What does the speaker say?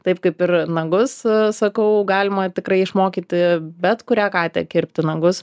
taip kaip ir nagus sakau galima tikrai išmokyti bet kurią katę kirpti nagus